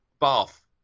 Bath